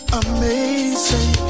amazing